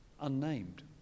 unnamed